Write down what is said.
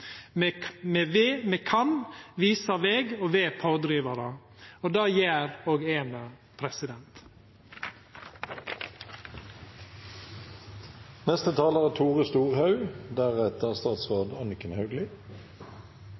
Me kan visa veg og vera pådrivarar – og det gjer me, og det er